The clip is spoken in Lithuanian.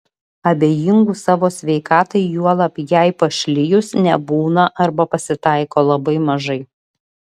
abejingų savo sveikatai juolab jai pašlijus nebūna arba pasitaiko labai mažai